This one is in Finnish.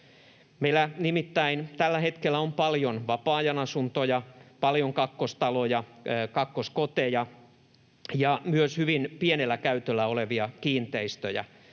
Meillä nimittäin tällä hetkellä on paljon vapaa-ajan asuntoja, paljon kakkostaloja, kakkoskoteja ja myös hyvin pienellä käytöllä olevia kiinteistöjä